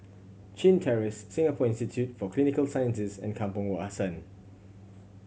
Chin Terrace Singapore Institute for Clinical Sciences and Kampong Wak Hassan